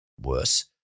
worse